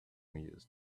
used